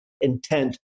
intent